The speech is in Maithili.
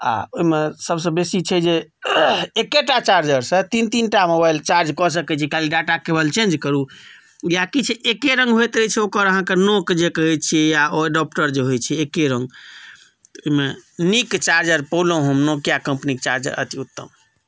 आ ओहिमे सभसँ बेसी छै जे एकेटा चार्जरसँ तीन तीन टा मोबाइल चार्ज कऽ सकैत छी खाली डाटा केबल चेंज करू या किछु एके रङ्ग होय तऽ ताहिसँ ओकर अहाँकेँ नोक जे कहैत छियै या अडोप्टर जे होइत छै एके रङ्ग ओहिमे नीक चार्जर पयलहुँ हम नोकिया कम्पनी कऽ चार्जर अतिउत्तम